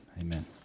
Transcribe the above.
Amen